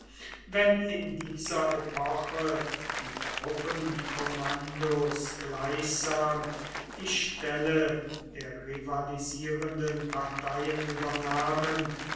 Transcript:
wenn in dieser epoche die truppenkommandos gleichsam die stelle der rivalisierenden parteien übernahmen